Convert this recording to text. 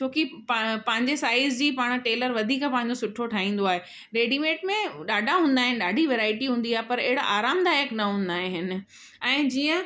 छोकी प पंहिंजी साइज़ जी पाण टेलर वधीक पंहिंजो सुठो ठाहींदो आहे रेडीमेड में ॾाढा हूंदा आहिनि ॾाढी वैराइटी हूंदी आहे पर अहिड़ा आरामदायक न हूंदा आहिन ऐं जीअं